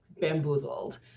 bamboozled